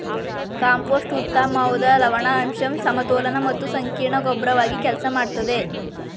compost ಉತ್ತಮ್ವಾದ ಲವಣಾಂಶದ್ ಸಮತೋಲನ ಮತ್ತು ಸಂಕೀರ್ಣ ಗೊಬ್ರವಾಗಿ ಕೆಲ್ಸ ಮಾಡ್ತದೆ